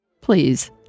Please